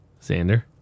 Xander